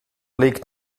liegt